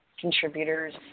contributors